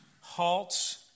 halts